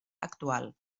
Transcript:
actual